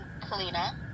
Kalina